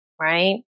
Right